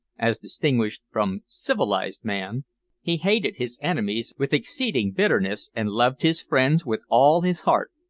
as distinguished from civilised, man he hated his enemies with exceeding bitterness, and loved his friends with all his heart.